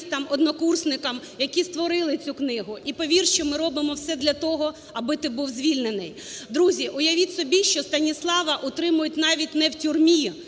журналістам-однокурсникам, які створили цю книгу. І, повір, що ми робимо все для того, аби ти був звільнений. Друзі, уявіть собі, що Станіслава утримують навіть не в тюрмі,